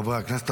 חברי הכנסת,